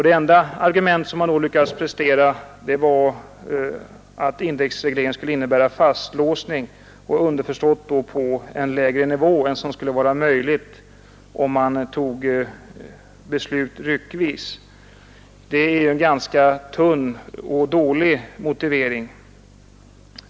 Det enda argument hon då lyckades prestera var att indexreglering skulle innebära fastlåsning, då underförstått på en lägre nivå än som vore möjlig om man fattade beslut ryckvis. Det är en ganska tunn och dålig motivering.